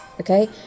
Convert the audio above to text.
Okay